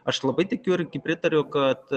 aš labai tikiu irgi pritariu kad